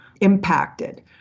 impacted